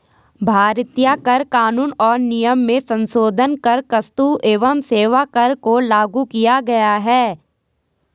भारतीय कर कानून और नियम में संसोधन कर क्स्तु एवं सेवा कर को लागू किया गया है